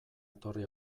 etorri